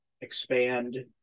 expand